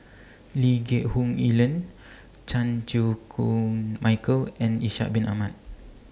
Lee Geck Hoon Ellen Chan Chew Koon Michael and Ishak Bin Ahmad